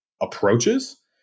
approaches